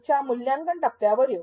च्या मुल्यांकन टप्प्यावर येऊ